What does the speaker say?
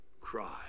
cry